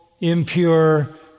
impure